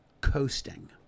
coasting